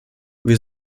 wir